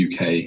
UK